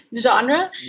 genre